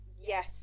Yes